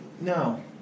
no